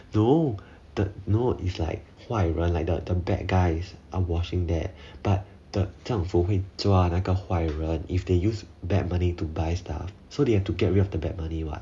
no the no is like 坏人 like the the bad guys are washing that but the 政府会抓个坏人 if they use bad money to buy stuffs so they have to get rid of the bad money [what]